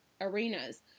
arenas